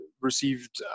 received